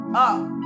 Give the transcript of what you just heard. up